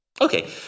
Okay